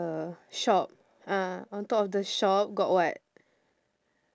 the shop ah on top of the shop got what